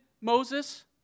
Moses